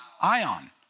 ion